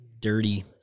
dirty